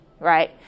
Right